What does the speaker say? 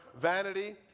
vanity